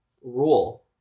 rule